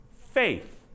Faith